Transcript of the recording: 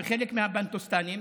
בחלק מהבנטוסטנים,